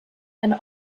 and